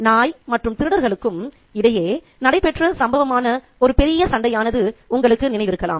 நாய் மற்றும் திருடர்களுக்கும் இடையே நடைபெற்ற சம்பவமான ஒரு பெரிய சண்டையானது உங்களுக்கு நினைவிருக்கலாம்